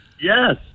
Yes